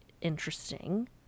interesting